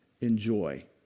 enjoy